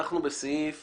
אנחנו בסעיף